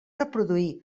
reproduir